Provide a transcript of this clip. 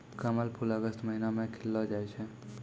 कमल फूल अगस्त महीना मे खिललो जाय छै